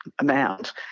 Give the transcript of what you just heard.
amount